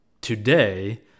today